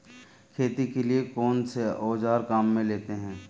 खेती के लिए कौनसे औज़ार काम में लेते हैं?